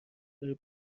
بره